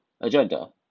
agenda